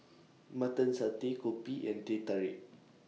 Mutton Satay Kopi and Teh Tarik